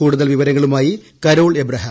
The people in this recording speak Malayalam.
കൂടുതൽ വിവരങ്ങളുമായി കരോൾ അബ്രഹാം